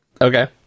Okay